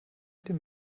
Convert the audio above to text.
den